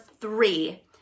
three